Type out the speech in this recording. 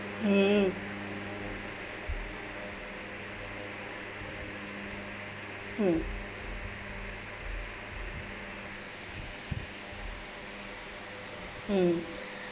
mm mm mm